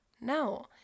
No